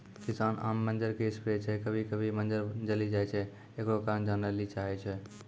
किसान आम के मंजर जे स्प्रे छैय कभी कभी मंजर जली जाय छैय, एकरो कारण जाने ली चाहेय छैय?